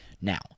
Now